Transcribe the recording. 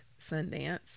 Sundance